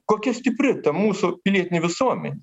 kokia stipri ta mūsų pilietinė visuomenė